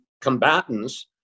combatants